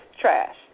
trash